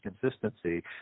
consistency